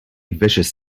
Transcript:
viscous